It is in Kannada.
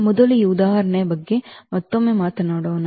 ಮೊದಲು ಈ ಉದಾಹರಣೆಯ ಬಗ್ಗೆ ಮತ್ತೊಮ್ಮೆ ಮಾತನಾಡೋಣ